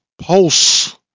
Pulse